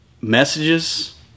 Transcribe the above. messages